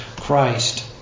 Christ